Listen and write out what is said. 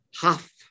half